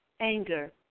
anger